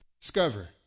Discover